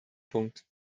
punkt